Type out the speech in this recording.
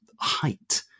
height